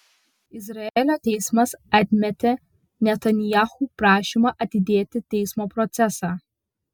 izraelio teismas atmetė netanyahu prašymą atidėti teismo procesą